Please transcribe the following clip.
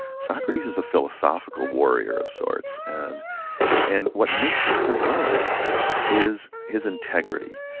socrates is a philosophical warrior of sorts, and and what makes him heroic is his integrity.